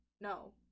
No